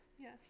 Yes